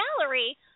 gallery